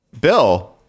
Bill